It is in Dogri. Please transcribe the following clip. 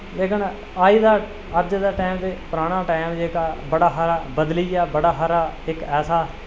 लेकिन अज्ज दा टैम ते पराना टैम जेह्ड़ा बड़ा हारा बदली गेआ बड़ा हारा इक ऐसा